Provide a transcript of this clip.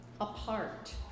apart